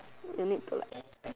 you need to like